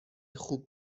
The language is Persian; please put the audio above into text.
خوب